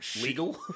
legal